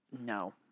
No